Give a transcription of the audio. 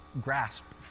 grasp